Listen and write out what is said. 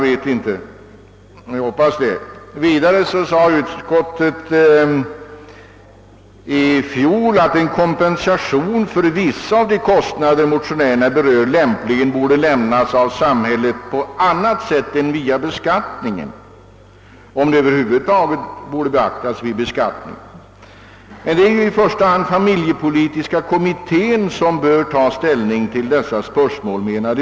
Vidare uttalade utskottet i fjol ati en kompensation för vissa av de kostnader motionärerna berör lämpligen borde lämnas av samhället på annat sätt än via beskattningen. Man ifrågasatte alltså om det över huvud taget borde beaktas vid beskattningen. Utskottet menade dock att det i första hand är familjepolitiska kommittén som bör ta ställning till dessa frågor.